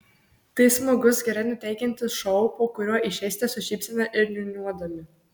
tai smagus gerai nuteikiantis šou po kurio išeisite su šypsena ir niūniuodami